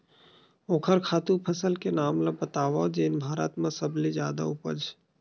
ओखर खातु फसल के नाम ला बतावव जेन भारत मा सबले जादा उपज?